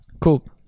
Cool